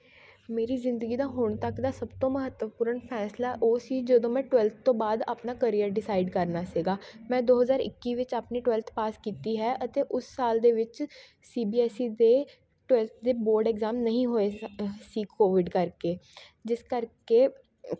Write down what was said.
ਮੇਰੀ ਜ਼ਿੰਦਗੀ ਦਾ ਹੁਣ ਤੱਕ ਦਾ ਸਭ ਤੋਂ ਮਹੱਤਵਪੂਰਨ ਫੈਸਲਾ ਉਹ ਸੀ ਜਦੋਂ ਮੈਂ ਟਵੈਲਫਥ ਤੋਂ ਬਾਅਦ ਆਪਣਾ ਕਰੀਅਰ ਡਿਸਾਈਡ ਕਰਨਾ ਸੀਗਾ ਮੈਂ ਦੋ ਹਜ਼ਾਰ ਇੱਕੀ ਵਿੱਚ ਆਪਣੀ ਟਵੈਲਫਥ ਪਾਸ ਕੀਤੀ ਹੈ ਅਤੇ ਉਸ ਸਾਲ ਦੇ ਵਿੱਚ ਸੀ ਬੀ ਐਸ ਈ ਦੇ ਟਵੈਲਫਥ ਦੇ ਬੋਰਡ ਐਗਜ਼ਾਮ ਨਹੀਂ ਹੋਏ ਸ ਅ ਸੀ ਕੋਵਿਡ ਕਰਕੇ ਜਿਸ ਕਰਕੇ